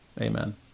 Amen